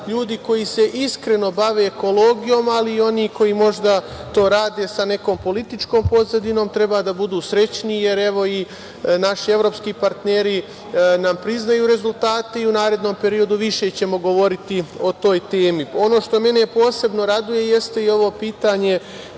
ljudi koji se iskreno bave ekologijom, ali i oni koji možda to rade sa nekom političkom pozadinom, treba da budu srećni, jer evo, i naši evropski partneri nam priznaju rezultate i u narednom periodu više ćemo govoriti o toj temi. Ono što mene posebno raduje jeste i ovo pitanje